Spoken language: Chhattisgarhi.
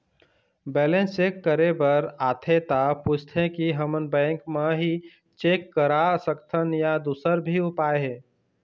बैलेंस चेक करे बर आथे ता पूछथें की हमन बैंक मा ही चेक करा सकथन या दुसर भी उपाय हे?